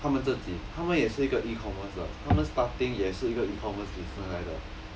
他们自己他们也是一个 e-commerce 的他们 starting 也是一个 e-commerce business 来的